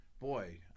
boy